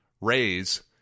raise